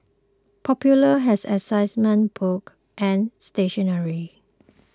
popular has assessment books and stationery